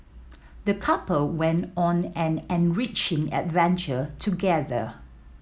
the couple went on an enriching adventure together